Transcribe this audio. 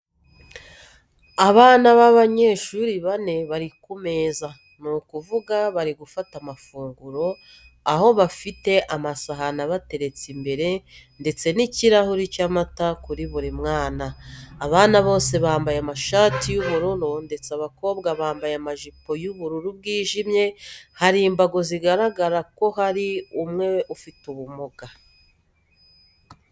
Abana b'abanyeshuri bane bari kumeza ni ukuvuga bari gufata amafunguro, aho bafite amasahane abateretse imbere ndetse n'ikirahuri cy'amata kuri buri mwana. Abana bose bambaye amashati y'ubururu ndetse abakobwa bambaye amajipo y'ubururu bwijimye, hari imbago zigaragaza ko hari umwe ufite ubumuga.